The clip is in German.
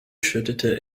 schüttelte